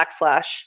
backslash